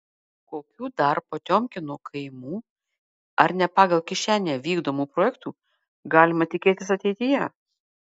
kokių dar potiomkino kaimų ar ne pagal kišenę vykdomų projektų galima tikėtis ateityje